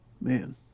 Man